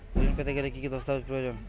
ঋণ পেতে গেলে কি কি দস্তাবেজ প্রয়োজন?